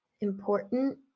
important